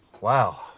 wow